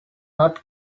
not